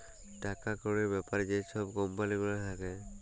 টাকা কড়ির ব্যাপারে যে ছব কম্পালি গুলা থ্যাকে